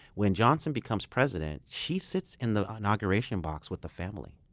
when johnson becomes president, she sits in the inauguration box with the family.